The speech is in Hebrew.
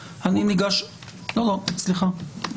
אוקיי ------ סליחה,